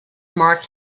mark